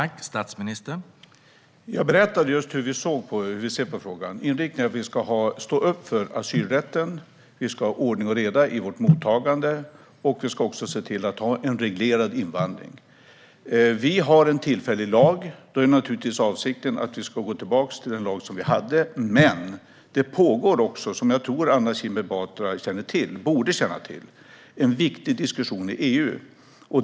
Herr talman! Jag berättade just hur vi ser på frågan. Inriktningen är att vi ska stå upp för asylrätten, vi ska ha ordning och reda i vårt mottagande och vi ska ha en reglerad invandring. Det finns en tillfällig lag. Då är naturligtvis avsikten att gå tillbaka till den lag som fanns tidigare, men det pågår också - som Anna Kinberg Batra borde känna till - en viktig diskussion i EU.